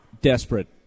desperate